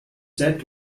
set